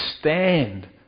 stand